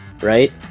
Right